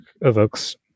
evokes